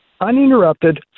Uninterrupted